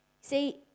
See